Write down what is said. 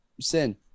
Sin